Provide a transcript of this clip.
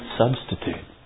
substitute